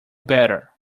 better